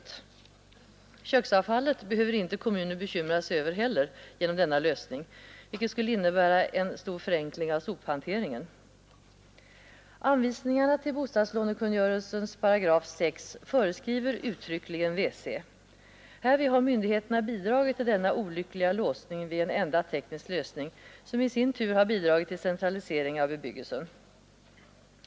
Inte heller köksavfallet behöver kommunen bekymra sig över genom denna lösning, vilken skulle innebära en stor förenkling av sophanteringen. Anvisningarna till bostadskungörelsen 6 § föreskriver uttryckligen WC. Här har myndigheterna bidragit till denna olyckliga låsning vid en enda teknisk lösning, som i sin tur har bidragit till centralisering av bebyggelsen.